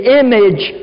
image